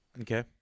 Okay